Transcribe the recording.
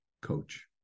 coach